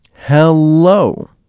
Hello